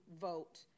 vote